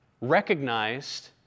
recognized